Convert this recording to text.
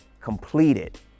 completed